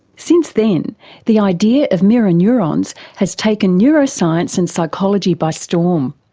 since then the idea of mirror neurons has taken neuroscience and psychology by storm.